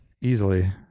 Easily